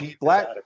Black